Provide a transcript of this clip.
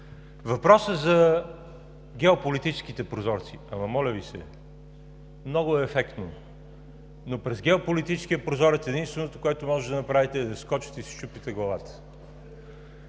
Въпросът за геополитическите прозорци. Моля Ви, много е ефектно, но през геополитическия прозорец единственото, което можете да направите, е да скочите и да си счупите главата,